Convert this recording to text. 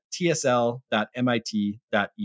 tsl.mit.edu